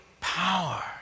power